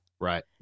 Right